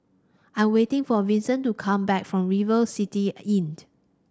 I'm waiting for Vinson to come back from River City Inn